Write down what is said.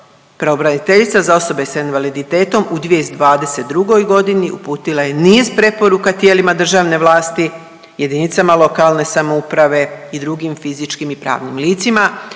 pravobraniteljica za osobe s invaliditetom u 2022. g. uputila je niz preporuka tijelima državne vlasti, jedinicama lokalne samouprave i drugim fizičkim i pravnim licima,